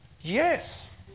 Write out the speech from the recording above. yes